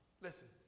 listen